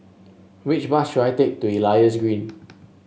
which bus should I take to Elias Green